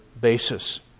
basis